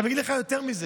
אני אגיד לך יותר מזה: